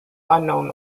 unknown